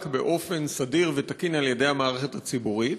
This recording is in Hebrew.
באופן סדיר ותקין על-ידי המערכת הציבורית,